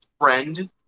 friend